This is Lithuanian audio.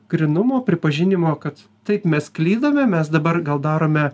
grynumo pripažinimo kad taip mes klydome mes dabar gal darome